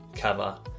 cover